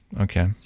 Okay